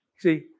See